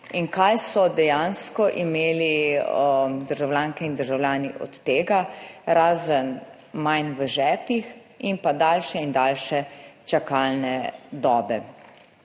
Kaj so dejansko imeli državljanke in državljani od tega, razen manj v žepih in pa daljše in daljše čakalne dobe?